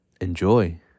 enjoy